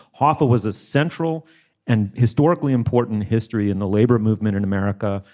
hoffa was a central and historically important history in the labor movement in america.